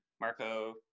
Marco